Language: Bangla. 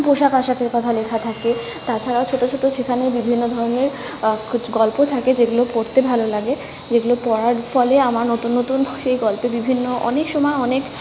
পোশাক আশাকের কথা লেখা থাকে তাছাড়াও ছোট ছোট সেখানে বিভিন্ন ধরনের গল্প থাকে যেগুলো পড়তে ভালো লাগে যেগুলো পড়ার ফলে আমার নতুন নতুন সেই গল্পে বিভিন্ন অনেক সময় অনেক